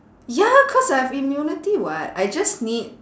ya cause I have immunity [what] I just need